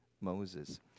Moses